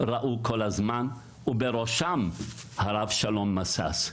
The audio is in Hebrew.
ראו כל הזמן, בראשם הרב שלום משאש,